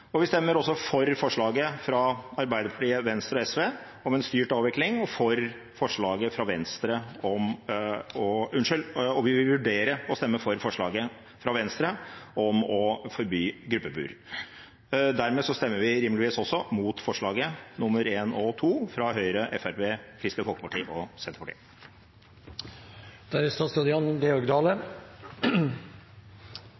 Vi stemmer for forslaget fra Arbeiderpartiet, Venstre og SV om en styrt avvikling, og vi vil vurdere å stemme for forslaget fra Venstre om å forby gruppebur. Dermed stemmer vi rimeligvis også mot forslagene til vedtak I og II fra Høyre, Fremskrittspartiet, Kristelig Folkeparti og Senterpartiet. Eg vil starte med å takke stortingsfleirtalet for at det